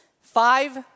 Five